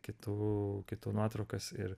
kitų kitų nuotraukas ir